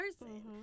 person